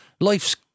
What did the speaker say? life's